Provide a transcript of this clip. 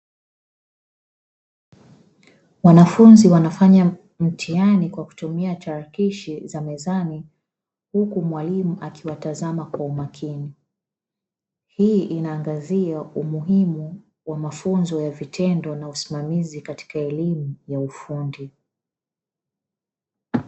Wanafunzi wanafanya mtihani kwa kutumia tarakishi za mezani huku mwalimu akiwatazama kwa umakini. Hii inaangazia umuhimu wa mafunzo ya vitendo na usimamizi katika elimu ya ufundi.